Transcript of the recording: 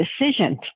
decision